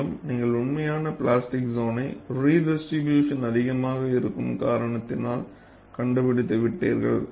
மேலும் நீங்கள் உண்மையான பிளாஸ்டிக் சோன்னை ரிடிஸ்ட்ரிபியூஷன் அதிகமாக இருக்கும் காரணத்தினால் கண்டுபிடித்து விட்டீர்கள்